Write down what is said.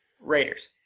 Raiders